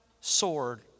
sword